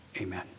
Amen